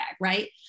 right